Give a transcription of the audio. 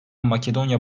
makedonya